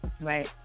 Right